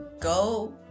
go